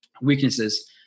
weaknesses